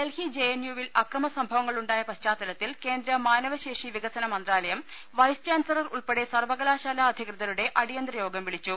Delhi J N U വിൽ അക്രമസംഭവങ്ങളുണ്ടായ പശ്ചാ ത്തലത്തിൽ കേന്ദ്ര മാനവ ശേഷി വികസന മന്ത്രാലയം വൈസ് ചാൻസലർ ഉൾപ്പെടെ സർവ്വകലാശാല അധികൃതരുടെ അടിയ ന്തര യോഗം വിളിച്ചു